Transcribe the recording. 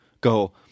go